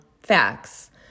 facts